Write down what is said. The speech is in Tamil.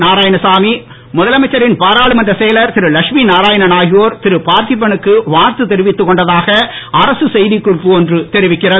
நாராயணசாமி முதலமைச்சரின் பாராளுமன்றச் செயலர் திருலட்சுமிநாராயணன் ஆகியோர் திருபார்த்திப னுக்கு வாழ்த்து தெரிவித்துக் கொண்டதாக அரசு செய்திக்குறிப்பு ஒன்று தெரிவிக்கிறது